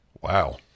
Wow